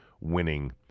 winning